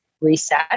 reset